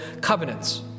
covenants